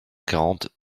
quarante